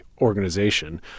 organization